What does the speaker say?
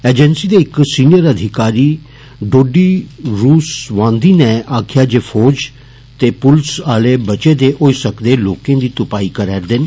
agency दे इक senior अधिकारी डोडा रुसवांदी नै आक्खेआ फौज ते पुलस आले बचे दे होई सकदे लोकें दी तुपाई करै दे न